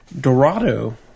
Dorado